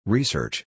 Research